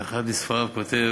באחד מספריו הוא כותב